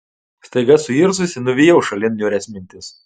staiga suirzusi nuvijau šalin niūrias mintis